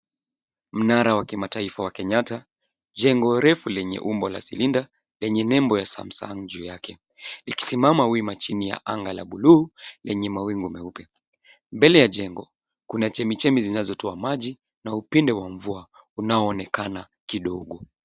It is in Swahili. Mnara wa kimataifa wa Kenyatta, jengo refu lenye umbo la silinder, lenye nembo ya Samsung juu yake, likisimama wima chini ya anga la bluu, lenye mawingu meupe. Mbele ya jengo, kuna chemichemi zinazotoa maji na upinde wa mvua unaoonekana kidogo.